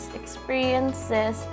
experiences